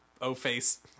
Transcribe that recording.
oh-face